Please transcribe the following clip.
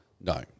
No